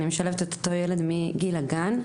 אני משלבת את אותו ילד מגיל הגן.